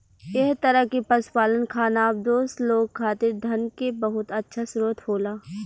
एह तरह के पशुपालन खानाबदोश लोग खातिर धन के बहुत अच्छा स्रोत होला